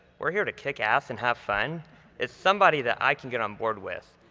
we're here to kick ass and have fun is somebody that i can get on board with.